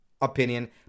opinion